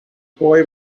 boy